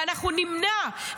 ואנחנו נמנע.